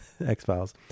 X-Files